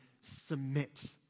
submit